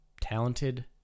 Talented